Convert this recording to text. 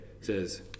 says